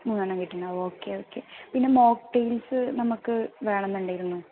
മൂന്ന് എണ്ണം കിട്ടുന്നുണ്ടാവും ഓക്കെ ഓക്കെ പിന്നെ മോക്ക്ടെയിൽസ് നമുക്ക് വേണം എന്നുണ്ടായിരുന്നു